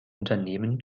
unternehmen